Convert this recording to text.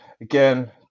Again